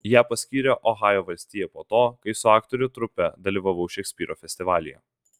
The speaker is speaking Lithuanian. ją paskyrė ohajo valstija po to kai su aktorių trupe dalyvavau šekspyro festivalyje